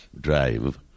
drive